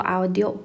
audio